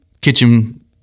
kitchen